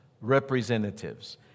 representatives